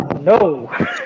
No